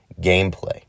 gameplay